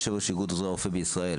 יושב-ראש איגוד עוזרי הרופא בישראל,